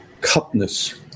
cupness